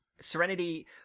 Serenity